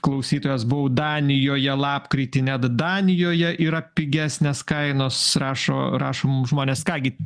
klausytojas buvau danijoje lapkritį net danijoje yra pigesnės kainos rašo rašo mum žmonės ką gi